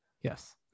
Yes